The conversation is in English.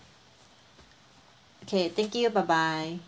okay thank you bye bye